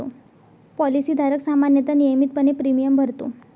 policy धारक सामान्यतः नियमितपणे प्रीमियम भरतो